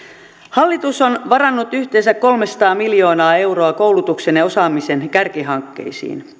hallitus on varannut yhteensä kolmesataa miljoonaa euroa koulutuksen ja osaamisen kärkihankkeisiin